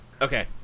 Okay